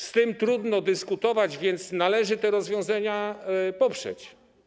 Z tym trudno dyskutować, więc należy te rozwiązania poprzeć.